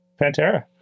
Pantera